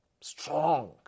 Strong